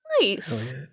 Nice